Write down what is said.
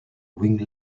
wing